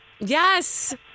Yes